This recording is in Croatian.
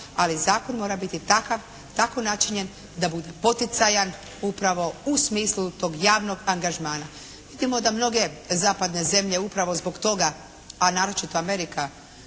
Ali zakon mora biti takav, tako načinjen da bude poticajan upravo u smislu tog javnog angažmana. Vidimo da mnoge zapadne zemlje upravo zbog toga a naročito Amerika